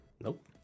Nope